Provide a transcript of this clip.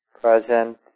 present